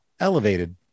elevated